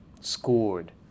scored